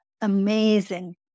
amazing